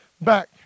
Back